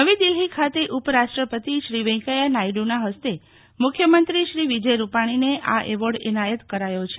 નવી દિલ્હી ખાતે ઉપરાષ્ટ્રપતિશ્રી વૈકેયા નાયડ઼ના હસ્તે મુખ્યમંત્રીશ્રી વિજય રુપાણીને આ એવોર્ડ એનાયત કરાયો છે